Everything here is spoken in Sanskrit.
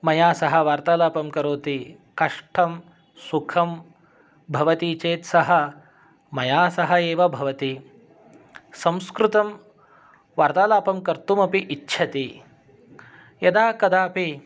मया सह वार्तालापं करोति कष्ठं सुखं भवति चेत् सः मया सह एव भवति संस्कृतं वार्तालापं कर्तुमपि इच्छति यदा कदापि